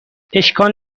اشکال